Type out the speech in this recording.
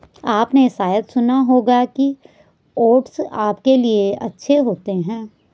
आपने शायद सुना होगा कि ओट्स आपके लिए अच्छे होते हैं